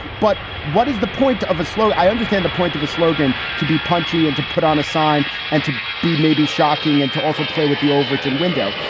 but what is the point of it? slow. i understand the point of a slogan to be punchy and to put on a sign and to be maybe shocking and to also play with the overton window.